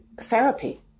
therapy